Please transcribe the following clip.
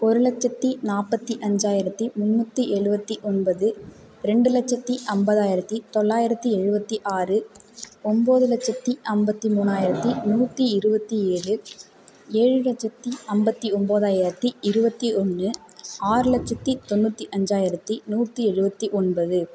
ஒரு லச்சத்து நாற்பத்தி அஞ்சாயிரத்து முன்னூற்றி எழுபத்தி ஒன்பது ரெண்டு லச்சத்து ஐம்பதாயிரத்தி தொள்ளாயிரத்து எழுபத்தி ஆறு ஒம்பது லச்சத்து ஐம்பத்தி மூணாயிரத்து நூற்றி இருபத்தி ஏழு ஏழு லச்சத்து ஐம்பத்தி ஒம்பதாயிரத்தி இருபத்தி ஒன்று ஆறு லட்சத்து தொண்ணூற்றி அஞ்சாயிரத்து நூற்றி எழுபத்தி ஒன்பது